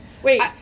Wait